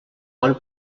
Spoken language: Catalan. bon